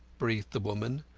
breathed the woman,